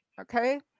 Okay